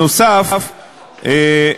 נוסף על כך,